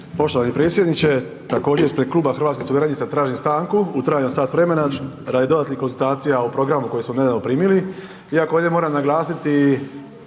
Poštovani predsjedniče, također ispred Kluba hrvatskih suverenista tražim stanku u trajanju od sat vremena radi dodatnih konzultacija o programu koji smo nedavno primili. Iako ovdje moram naglasiti,